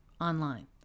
online